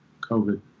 COVID